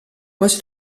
quasi